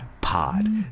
Pod